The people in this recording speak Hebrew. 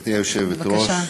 גברתי היושבת-ראש,